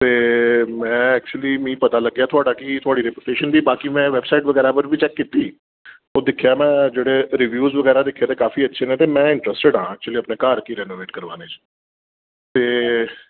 ते में ऐक्चुली मिगी पता लग्गेआ थोआढ़ा कि थोआढ़ी रैपुटेशन बी बाकी में वेबसाइट बगैरा पर बी चैक कीती ओह् दिक्खेआ में जेह्ड़े रिव्यू बगैरा बी दिक्खे ते काफी अच्छे न ते में इंट्रस्टड आं ऐक्चूली अपने घर गी रैनोवेट करोआने च ते